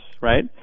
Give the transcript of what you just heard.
right